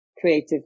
creative